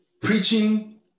Preaching